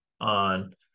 on